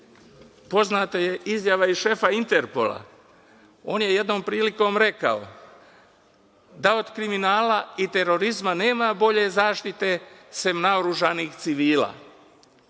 poznata je izjava i šefa Interpola, on je jednom prilikom rekao da od kriminala i terorizma nema bolje zaštite osim naoružanih civila.I